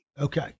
Okay